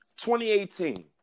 2018